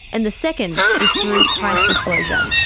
and the second is through price disclosure.